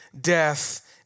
death